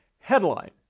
headline